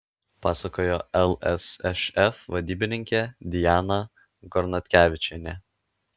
pasakojo lsšf vadybininkė diana gornatkevičienė